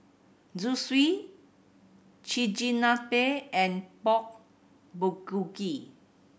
Zosui Chigenabe and Pork Bulgogi